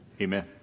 Amen